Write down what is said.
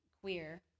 queer